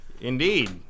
Indeed